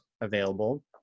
available